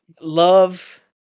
Love